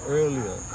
earlier